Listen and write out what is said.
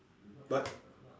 but